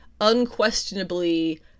unquestionably